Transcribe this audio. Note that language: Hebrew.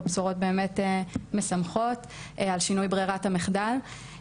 בשורות באמת משמחות על שינוי ברירת המחדל,